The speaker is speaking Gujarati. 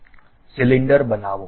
સિલિન્ડર બનાવો